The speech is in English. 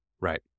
Right